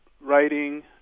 writing